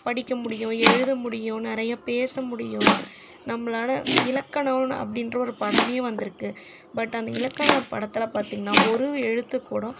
படிக்க முடியும் எழுத முடியும் நிறைய பேச முடியும் நம்மளால இலக்கணம் அப்படின்ற ஒரு படமே வந்திருக்கு பட் அந்த இலக்கண படத்தில் பார்த்திங்கனா ஒரு எழுத்து கூட